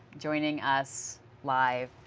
joining us live.